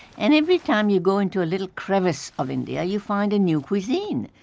and every time you go into a little crevice of india, you find a new cuisine,